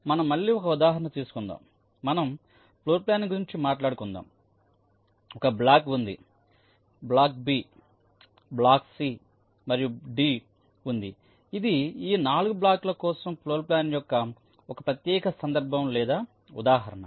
మనం మళ్ళీ ఒక ఉదాహరణ తీసుకుందాం మనం ఫ్లోర్ప్లానింగ్ గురించి మాట్లాడుకుందాంఒక బ్లాక్ ఉంది బ్లాక్ బి ఉంది బ్లాక్ సి మరియు డి ఉంది ఇది ఈ 4 బ్లాక్ల కోసం ఫ్లోర్ప్లాన్ యొక్క ఒక ప్రత్యేక సందర్భం లేదా ఉదాహరణ